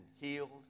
healed